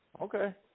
Okay